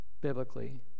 biblically